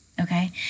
Okay